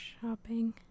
shopping